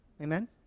amen